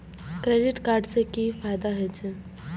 Credit card से कि फायदा होय छे?